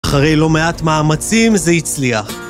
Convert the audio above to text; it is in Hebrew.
אחרי לא מעט מאמצים זה הצליח